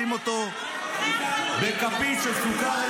שים אותו בכפית של סוכר,